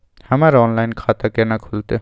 हमर ऑनलाइन खाता केना खुलते?